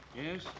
Yes